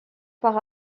par